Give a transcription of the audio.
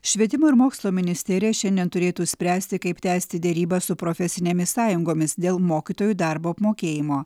švietimo ir mokslo ministerija šiandien turėtų spręsti kaip tęsti derybas su profesinėmis sąjungomis dėl mokytojų darbo apmokėjimo